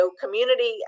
community